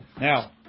Now